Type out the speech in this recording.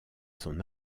son